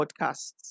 podcasts